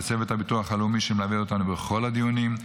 לצוות הביטוח הלאומי שמלווה אותנו בכל הדיונים,